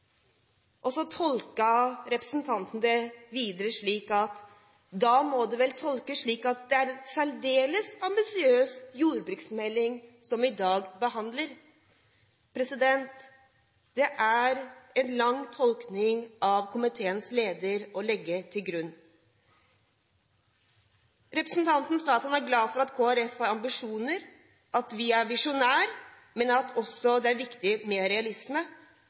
og så tolket representanten det dit hen at da må det være en særdeles ambisiøs jordbruksmelding som vi i dag behandler. Det er en vid tolkning å legge til grunn av komiteens leder. Representanten sa at han er glad for at Kristelig Folkeparti har ambisjoner, at vi er visjonære, men at det også er viktig med realisme.